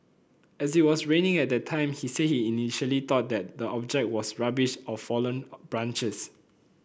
as it was raining at the time he said he initially thought that the object was rubbish or fallen branches